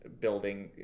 building